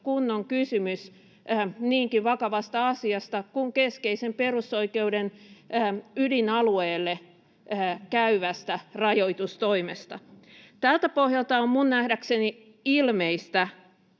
kun on kysymys niinkin vakavasta asiasta kuin keskeisen perusoikeuden ydinalueelle käyvästä rajoitustoimesta. Tältä pohjalta on minun nähdäkseni ilmeistä,